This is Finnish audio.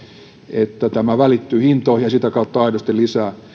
että tämä välittyy hintoihin ja sitä kautta aidosti lisää